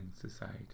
society